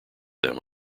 them